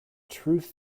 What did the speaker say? truth